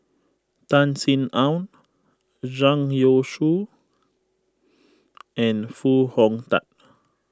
Tan Sin Aun Zhang Youshuo and Foo Hong Tatt